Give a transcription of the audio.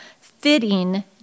fitting